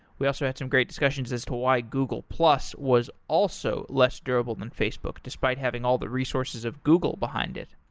we also had some great discussions as to why google plus was also less durable than facebook despite having all the resources of google behind it.